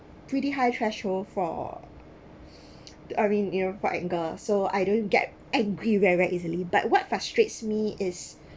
pretty high threshold for I mean know for anger so I don't get angry very very easily but what frustrates me is